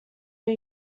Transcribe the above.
new